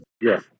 Yes